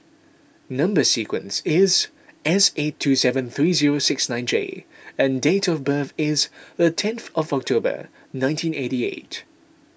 Number Sequence is S eight two seven three zero six nine J and date of birth is the tenth of October nineteen eighty eight